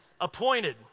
appointed